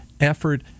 effort